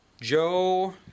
Joe